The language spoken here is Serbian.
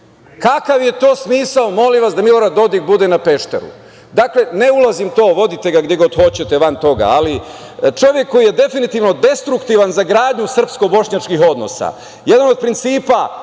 je to smisao, molim vas da Milorad Dodik bude na Pešteru? Dakle, ne ulazim u to, vodite ga gde god hoćete van toga, ali čovek koji je definitivno destruktivan za gradnju srpsko-bošnjačkih odnosa. Jedan od principa,